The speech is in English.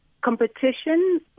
Competition